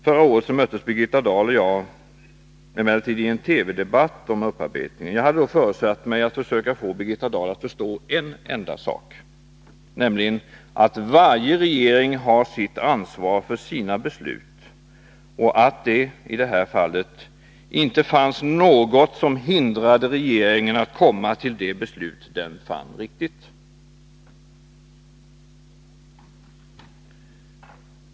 Förra året möttes Birgitta Dahl och jag emellertid i en TV-debatt om upparbetning. Jag hade föresatt mig att försöka få henne att förstå en enda sak, nämligen att varje regering har sitt ansvar för sina beslut, och att det i det här fallet inte fanns något som hindrade regeringen att komma till det beslut den fann riktigt.